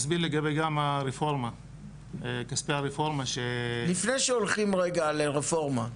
נסביר גם לגבי כספי הרפורמה --- לפני שהולכים על רפורמה.